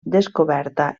descoberta